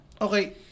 okay